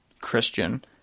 Christian